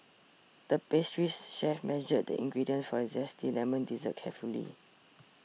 the pastries chef measured the ingredients for a Zesty Lemon Dessert carefully